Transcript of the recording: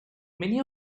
many